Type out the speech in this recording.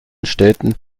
städten